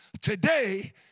Today